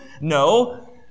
No